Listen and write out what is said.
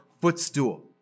footstool